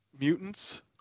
mutants